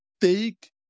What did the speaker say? take